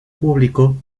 público